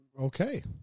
Okay